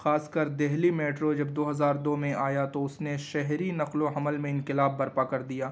خاص کر دہلی میٹرو جب دو ہزار دو میں آیا تو اس نے شہری نقل و حمل میں انقلاب برپا کر دیا